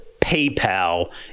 PayPal